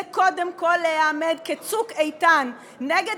זה קודם כול להיעמד כצוק איתן נגד